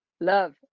Love